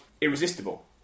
Irresistible